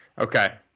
okay